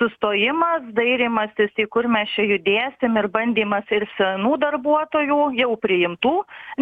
sustojimas dairymasis į kur mes čia judėsim ir bandymas ir senų darbuotojų jau priimtų